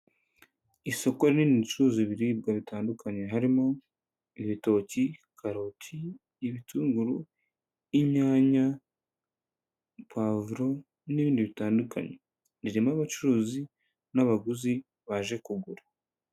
Isoko rinini ricuruza ibiribwa bitandukanye, harimo ibitoki, karoti, ibitunguru, inyanya, pavuro n'ibindi bitandukanye, ririmo abacuruzi n'abaguzi baje kugura.